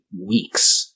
weeks